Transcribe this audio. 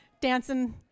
dancing